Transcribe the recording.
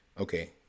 Okay